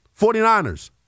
49ers